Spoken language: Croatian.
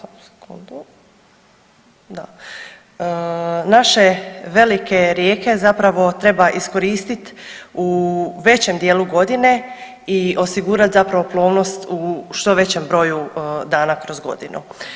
Samo sekundu, da, naše velike rijeke zapravo treba iskoristit u većem dijelu godine i osigurat zapravo plovnost u što većem broju dana kroz godinu.